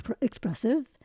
expressive